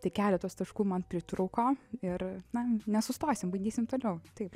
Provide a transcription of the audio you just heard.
tik keletos taškų man pritrūko ir na nesustosim bandysim toliau taip